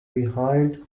behind